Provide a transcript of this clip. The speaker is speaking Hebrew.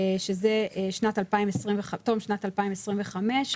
שזה תום שנת 2025,